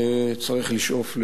צריך לשאוף,